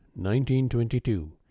1922